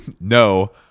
No